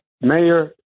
mayor